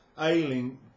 ailing